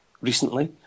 recently